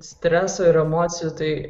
streso ir emocijų tai